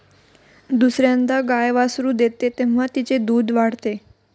दुसर्यांदा गाय वासरू देते तेव्हा तिचे दूध वाढते